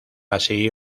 así